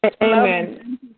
Amen